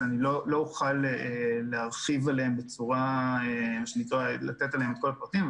לא אוכל להרחיב עליהן ולתת עליהן את כל הפרטים.